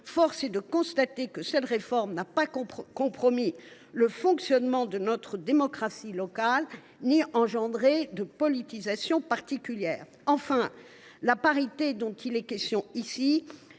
force est de constater que cette réforme n’a pas compromis le fonctionnement de notre démocratie locale ni engendré de politisation particulière. Enfin, la parité dont il est ici question